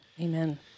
Amen